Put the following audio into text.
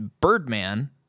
Birdman